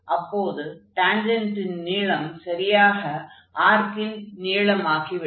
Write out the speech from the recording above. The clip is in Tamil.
அப்போது டான்ஜென்டின் நீளம் சரியாக ஆர்க்கின் நீளமாகி விடும்